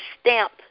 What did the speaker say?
stamp